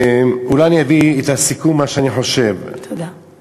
אולי אני אביא את הסיכום, מה שאני חושב: א.